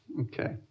Okay